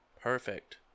Perfect